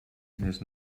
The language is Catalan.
diners